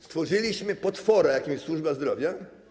Stworzyliśmy potwora, jakim jest służba zdrowia.